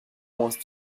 moins